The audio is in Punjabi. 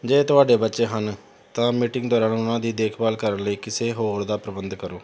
ਜੇ ਤੁਹਾਡੇ ਬੱਚੇ ਹਨ ਤਾਂ ਮੀਟਿੰਗ ਦੌਰਾਨ ਉਨ੍ਹਾਂ ਦੀ ਦੇਖ ਭਾਲ ਕਰਨ ਲਈ ਕਿਸੇ ਹੋਰ ਦਾ ਪ੍ਰਬੰਧ ਕਰੋ